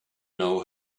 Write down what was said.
know